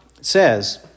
says